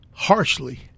harshly